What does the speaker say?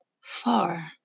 far